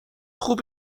خوب